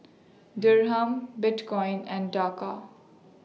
Dirham Bitcoin and Taka